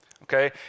Okay